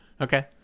Okay